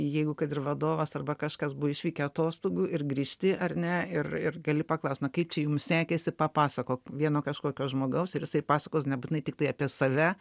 jeigu kad ir vadovas arba kažkas buvo išvykę atostogų ir grįžti ar ne ir ir gali paklaust na kaip čia jums sekėsi papasakok vieno kažkokio žmogaus ir jisai pasakos nebūtinai tiktai apie save